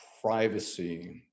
privacy